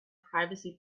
privacy